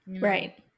Right